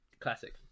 Classic